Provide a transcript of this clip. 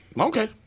Okay